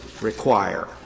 require